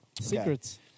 Secrets